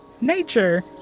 Nature